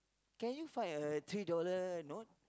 can you find a three dollar note